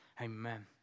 Amen